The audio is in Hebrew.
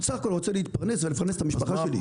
בסך הכול רוצה להתפרנס ולפרנס את המשפחה שלי.